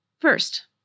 First